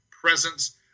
presence